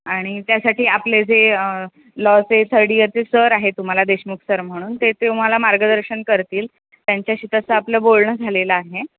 आणि त्यासाठी आपले जे लॉचे थर्ड इयरचे सर आहे तुम्हाला देशमुख सर म्हणून ते तुम्हाला मार्गदर्शन करतील त्यांच्याशी तसं आपलं बोलणं झालेलं आहे